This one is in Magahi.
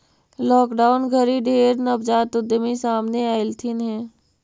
लॉकडाउन घरी ढेर नवजात उद्यमी सामने अएलथिन हे